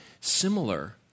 similar